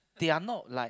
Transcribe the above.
they are not like